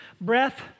Breath